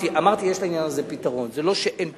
אמרתי שיש לעניין הזה פתרון, זה לא שאין פתרון.